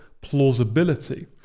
plausibility